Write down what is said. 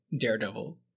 Daredevil